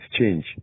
change